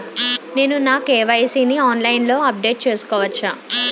నేను నా కే.వై.సీ ని ఆన్లైన్ లో అప్డేట్ చేసుకోవచ్చా?